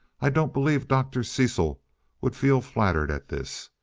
i don't believe dr. cecil would feel flattered at this.